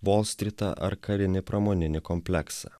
volstritą ar karinį pramoninį kompleksą